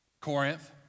Corinth